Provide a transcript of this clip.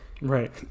Right